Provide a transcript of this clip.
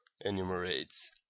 enumerates